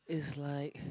is like